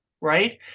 right